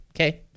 okay